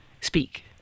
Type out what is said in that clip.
speak